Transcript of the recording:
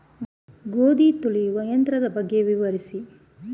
ಗೋಧಿ ತುಳಿಯುವ ಯಂತ್ರದ ಬಗ್ಗೆ ವಿವರಿಸಿ?